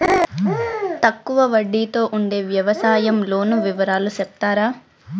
తక్కువ వడ్డీ తో ఉండే వ్యవసాయం లోను వివరాలు సెప్తారా?